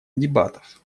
дебатов